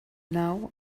now